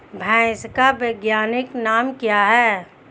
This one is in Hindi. भैंस का वैज्ञानिक नाम क्या है?